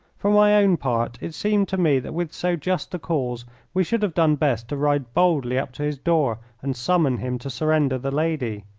for my own part it seemed to me that with so just a cause we should have done best to ride boldly up to his door and summon him to surrender the lady.